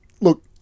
look